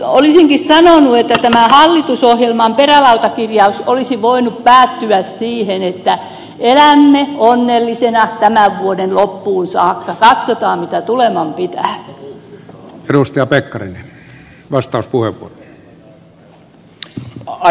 olisinkin sanonut että tämä hallitusohjelman perälautakirjaus olisi voinut päättyä siihen että elämme onnellisina tämän vuoden loppuun saakka katsotaan mitä tuleman pitää